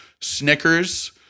Snickers